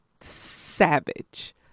savage